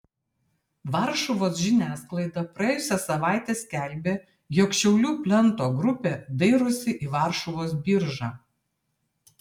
varšuvos žiniasklaida praėjusią savaitę skelbė jog šiaulių plento grupė dairosi į varšuvos biržą